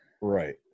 Right